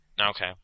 Okay